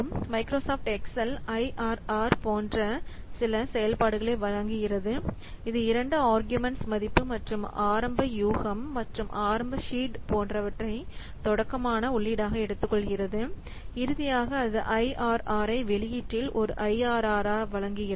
Microsoft Excel IRR போன்ற சில செயல்பாடுகளை வழங்குகிறது இது இரண்டு ஆர்கியூமென்ஸ் மதிப்பு மற்றும் ஆரம்ப யூகம் மற்றும் ஆரம்ப சீட் போன்றவற்றை தொடக்கமாக உள்ளீடாக எடுத்துக்கொள்கிறது இறுதியாக அது ஐஆர்ஆரை வெளியீட்டில் ஒரு ஐஆர்ஆரை வழங்குகிறது